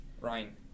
ryan